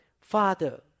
Father